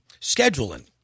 scheduling